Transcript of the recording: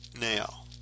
Now